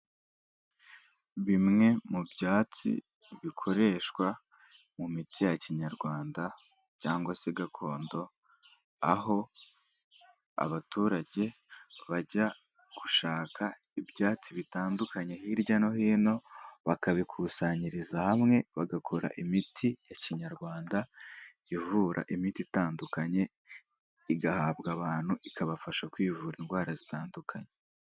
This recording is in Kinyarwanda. Bimwe mu byatsi bikoreshwa mu miti ya kinyarwanda cyangwa se gakondo, aho abaturage bajya gushaka ibyatsi bitandukanye hirya no hino, bakabikusanyiriza hamwe, bagakora imiti ya kinyarwanda ivura, imiti itandukanye igahabwa abantu, ikabafasha kwivura indwara zitandukanye.